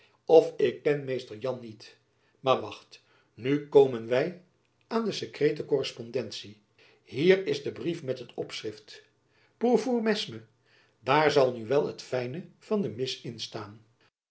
of ik ken mr jan niet maar wacht nu komen wy aan de sekrete korrespondentie hier is de brief met het opschrift jacob van lennep elizabeth musch pour vous mesme daar zal nu wel het fijne van de mis in